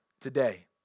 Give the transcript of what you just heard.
Today